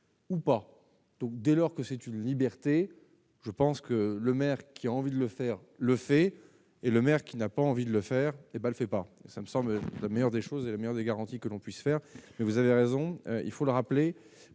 ou pas, donc, dès lors que c'est une liberté, je pense que le maire qui a envie de le faire, le fait est le maire qui n'a pas envie de le faire et le fait pas, ça me semble la meilleure des choses et la meilleure des garanties que l'on puisse faire, mais vous avez raison, il faut le rappeler